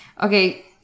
Okay